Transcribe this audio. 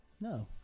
No